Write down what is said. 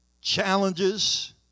challenges